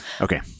Okay